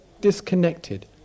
disconnected